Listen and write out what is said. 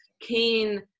keen